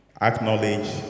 acknowledge